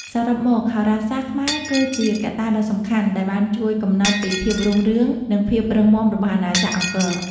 សរុបមក ហោរាសាស្ត្រខ្មែរគឺជាកត្តាដ៏សំខាន់ដែលបានជួយកំណត់ពីភាពរុងរឿងនិងភាពរឹងមាំរបស់អាណាចក្រអង្គរ។